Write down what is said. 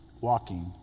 walking